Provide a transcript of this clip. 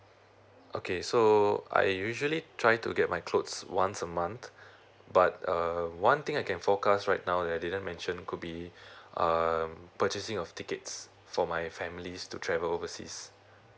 okay so uh I usually try to get my clothes once a month but uh one thing I can forecast right now that I didn't mention could be um purchasing of tickets for my families to travel overseas